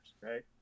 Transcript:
right